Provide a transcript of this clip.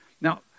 Now